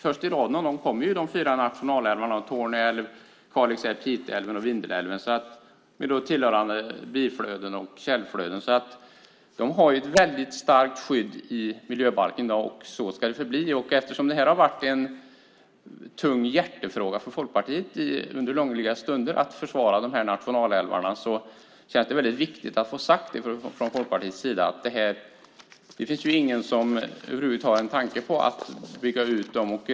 Först i raden av dem kommer de fyra nationalälvarna Torneälven, Kalixälven, Piteälven och Vindelälven med tillhörande biflöden och källflöden. De har alltså ett väldigt starkt skydd i miljöbalken, och så ska det förbli. Eftersom det här har varit en viktig hjärtefråga för Folkpartiet under långliga tider att försvara de här nationalälvarna känns det väldigt viktigt att få sagt det från Folkpartiets sida: Det finns ingen som över huvud taget har en tanke på att bygga ut dem.